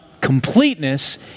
completeness